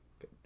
Good